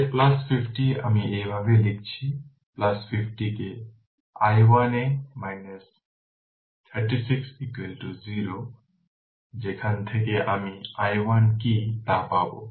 তাই50 আমি এভাবে লিখছি 50 কে i1 এ 2 36 0 যেখান থেকে আমি i1 কি তা পাব